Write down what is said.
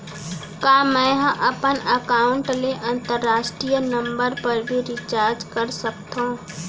का मै ह अपन एकाउंट ले अंतरराष्ट्रीय नंबर पर भी रिचार्ज कर सकथो